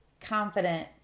confident